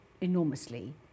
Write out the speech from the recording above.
enormously